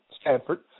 Stanford